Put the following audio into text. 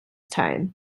time